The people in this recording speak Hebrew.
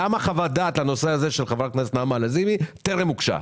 למה חוות דעת לנושא הזה של חה"כ נעמה לזימי טרם הוגשה?